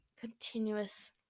continuous